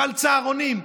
ועל צהרונים,